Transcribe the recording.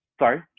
Sorry